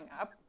up